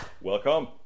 welcome